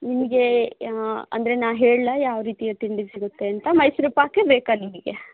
ನಿಮಗೆ ಅಂದರೆ ನಾನು ಹೇಳಲಾ ಯಾವ ರೀತಿಯ ತಿಂಡಿ ಸಿಗುತ್ತೆ ಅಂತ ಮೈಸೂರು ಪಾಕೇ ಬೇಕಾ ನಿಮಗೆ